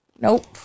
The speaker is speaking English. Nope